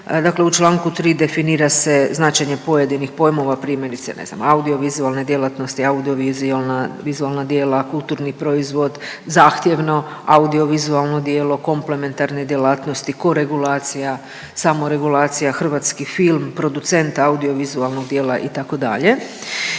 Dakle u čl. 3 definira se značenje pojedinih pojmova primjerice ne znam audio vizualne djelatnosti, audio vizualna djela, kulturni proizvod, zahtjevno audio vizualno djelo, komplementarne djelatnosti, koregulacija, samoregulacija, hrvatski film, producent audio vizualnog dijela itd.